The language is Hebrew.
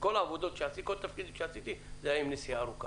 כל התפקידים שעשיתי זה היה עם נסיעה ארוכה.